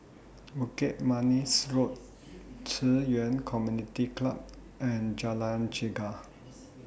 Bukit Manis Road Ci Yuan Community Club and Jalan Chegar